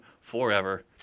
forever